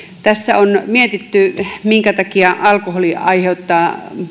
tässä on mietitty minkä takia alkoholi aiheuttaa